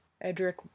Edric